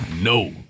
no